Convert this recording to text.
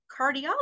cardiology